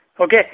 Okay